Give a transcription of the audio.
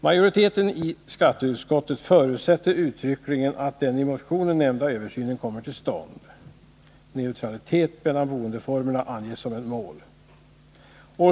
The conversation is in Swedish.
Majoriteten i skatteutskottet förutsätter uttryckligen att den i motionerna nämnda översynen kommer till stånd — neutraliteten mellan boendeformerna anges som ett mål.